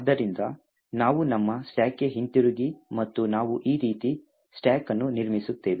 ಆದ್ದರಿಂದ ನಾವು ನಮ್ಮ ಸ್ಟಾಕ್ಗೆ ಹಿಂತಿರುಗಿ ಮತ್ತು ನಾವು ಈ ರೀತಿ ಸ್ಟಾಕ್ ಅನ್ನು ನಿರ್ಮಿಸುತ್ತೇವೆ